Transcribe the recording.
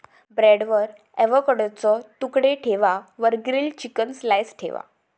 ब्रेडवर एवोकॅडोचे तुकडे ठेवा वर ग्रील्ड चिकन स्लाइस ठेवा